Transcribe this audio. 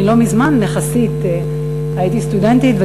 אני לא מזמן יחסית הייתי סטודנטית,